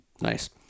Nice